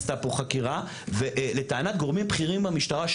עשתה פה חקירה ולטענת גורמים בכירים במשטרה,